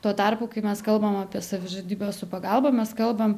tuo tarpu kai mes kalbam apie savižudybę su pagalba mes kalbam